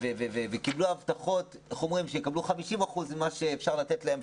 הם קיבלו הבטחות שיקבלו 50% ממה שאפשר לתת להם.